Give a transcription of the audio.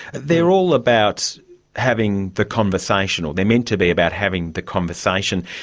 they're all about having the conversation, or they're meant to be about having the conversation.